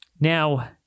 Now